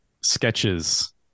sketches